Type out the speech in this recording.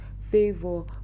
favor